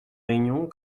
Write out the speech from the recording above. réunions